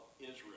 israel